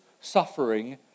suffering